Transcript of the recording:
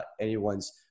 anyone's